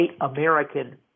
American